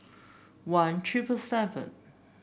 one trip seven